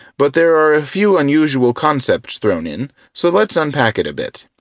but there are a few unusual concepts thrown in so let's unpack it a bit.